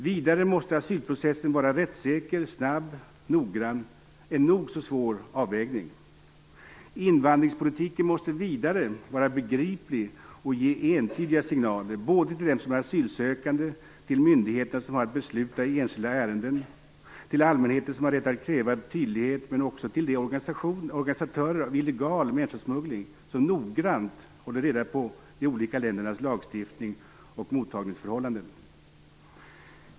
Vidare måste asylprocessen vara rättssäker, snabb och noggrann - en nog så svår avvägning. Invandringspolitiken måste vidare vara begriplig och ge entydiga signaler, till dem som är asylsökande, till myndigheterna som har att besluta i enskilda ärenden, till allmänheten som har rätt att kräva tydlighet men också till de organisatörer av illegal människosmuggling som noggrant håller reda på de olika ländernas lagstiftning och mottagningsförhållanden.